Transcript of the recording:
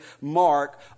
mark